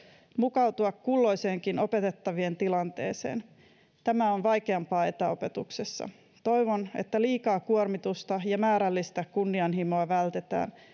mukautua kulloisenkin opetettavan tilanteeseen tämä on vaikeampaa etäopetuksessa toivon että liikaa kuormitusta ja määrällistä kunnianhimoa vältetään